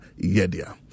Yedia